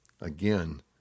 again